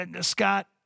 Scott